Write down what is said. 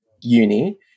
uni